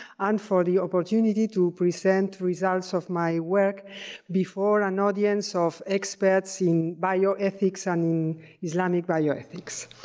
and for the opportunity to present results of my work before an audience of experts in bioethics and islamic bioethics.